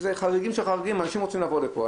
אלה חריגים של החריגים, אנשים רוצים לבוא לפה.